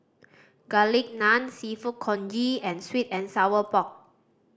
Garlic Naan Seafood Congee and sweet and sour pork